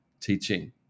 teaching